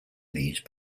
these